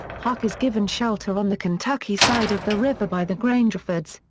huck is given shelter on the kentucky side of the river by the grangerfords,